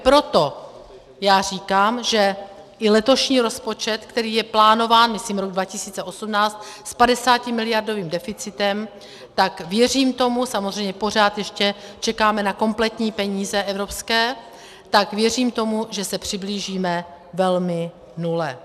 Proto já říkám, že i letošní rozpočet, který je plánován, myslím rok 2018, s padesátimiliardovým deficitem, tak věřím tomu, samozřejmě pořád ještě čekáme na kompletní peníze evropské, tak věřím tomu, že se přiblížíme velmi nule.